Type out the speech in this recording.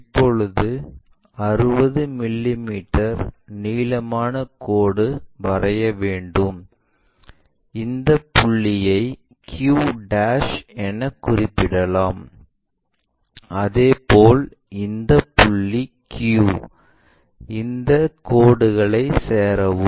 இப்போது 60 மிமீ நீளமான கோடு வரைய வேண்டும் இந்தப் புள்ளியை q என குறிப்பிடலாம் அதேபோல் இந்த புள்ளி q இந்த கோடுகளை சேரவும்